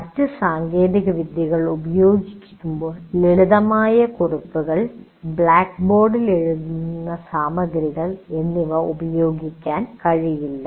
മറ്റ് സാങ്കേതികവിദ്യകൾ ഉപയോഗിക്കുമ്പോൾ ലളിതമായ കുറിപ്പുകൾ ബ്ലാക്ക് ബോർഡിൽ എഴുതുന്ന സാമഗ്രികൾ എന്നിവ ഉപയോഗിക്കാൻ കഴിയില്ല